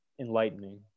enlightening